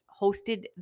hosted